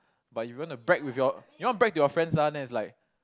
but if you wanna brag with your you want to brag to your friends lah then it's like